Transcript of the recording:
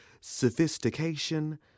sophistication